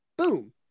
boom